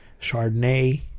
Chardonnay